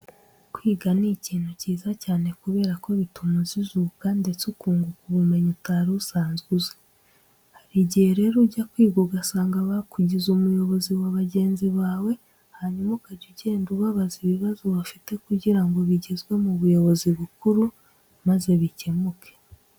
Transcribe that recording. Kwiga ni ikintu cyiza cyane kubera ko bituma ujijuka ndetse ukunguka ubumenyi utari usanzwe uzi. Hari igihe rero ujya kwiga ugasanga bakugize umuyobozi w'abagenzi bawe, hanyuma ukajya ugenda ubabaza ibibazo bafite kugira ngo bigezwe mu buyobozi bukuru maze bikemuke.